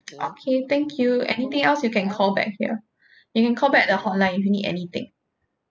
okay thank you anything else you can call back here you can call back the hotline if you need anything